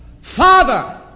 Father